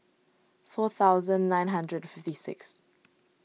four thousand nine hundred fifty six